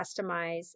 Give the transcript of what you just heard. customize